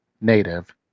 native